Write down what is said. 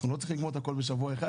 אנחנו לא צריכים לגמור הכול בשבוע אחד,